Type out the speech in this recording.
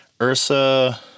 Ursa